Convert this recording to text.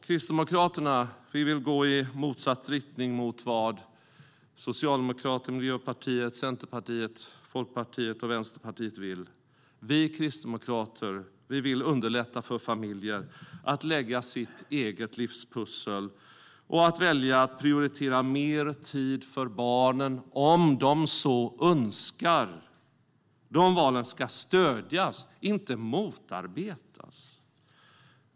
Kristdemokraterna vill gå i motsatt riktning mot vad Socialdemokraterna, Miljöpartiet, Centerpartiet, Folkpartiet och Vänsterpartiet vill. Vi kristdemokrater vill underlätta för familjer att lägga sitt eget livspussel och att välja att prioritera mer tid för barnen om de så önskar. De valen ska stödjas, inte motarbetas.